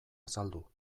azaldu